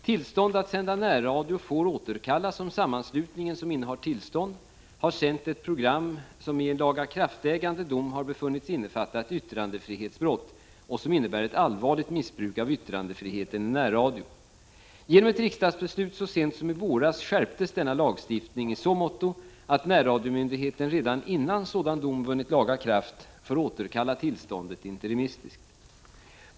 Tillstånd att sända närradio får återkallas om sammanslutningen som innehar tillstånd har sänt ett program som i en lagakraftägande dom har befunnits innefatta ett yttrandefrihetsbrott och som innebär ett allvarligt missbruk av yttrandefriheten i närradio. Genom ett riksdagsbeslut så sent som i våras skärptes denna lagstiftning i så måtto att närradiomyndigheten redan innan sådan dom vunnit laga kraft får återkalla tillståndet interimistiskt .